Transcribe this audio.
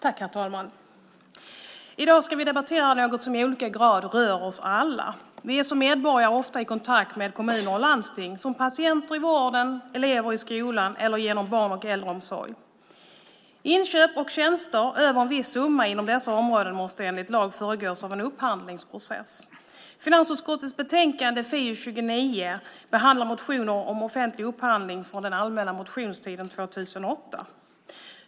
Herr talman! I dag ska vi debattera något som i olika grad rör oss alla. Vi är som medborgare ofta i kontakt med kommuner och landsting, som patienter i vården, som elever i skolan eller genom barn och äldreomsorg. Inköp och tjänster över en viss summa inom dessa områden måste enligt lag föregås av en upphandlingsprocess. Finansutskottets betänkande FiU29 behandlar motioner om offentlig upphandling från den allmänna motionstiden 2008.